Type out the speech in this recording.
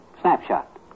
Snapshot